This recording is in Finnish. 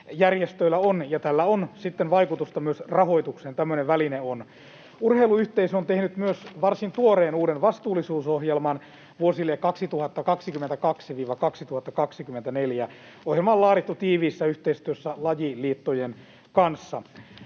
järjestöillä on, ja tällä on sitten vaikutusta myös rahoitukseen. Tämmöinen väline on. Urheiluyhteisö on tehnyt myös varsin tuoreen uuden vastuullisuusohjelman vuosille 2022—2024. Ohjelma on laadittu tiiviissä yhteistyössä lajiliittojen kanssa.